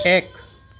এক